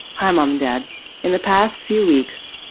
i'm um dead in the past few weeks,